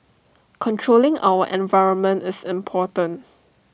controlling our environment is important